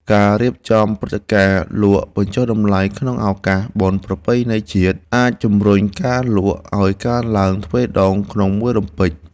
ការរៀបចំព្រឹត្តិការណ៍លក់បញ្ចុះតម្លៃក្នុងឱកាសបុណ្យប្រពៃណីជាតិអាចជម្រុញការលក់ឱ្យកើនឡើងទ្វេដងក្នុងមួយរំពេច។